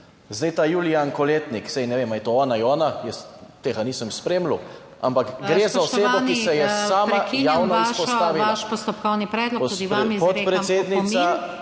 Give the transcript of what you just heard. Zdaj ta Julijan Koletnik, saj ne vem ali je to on ali je ona, jaz tega nisem spremljal, ampak gre za osebo, ki se je sama javno izpostavila… / govorita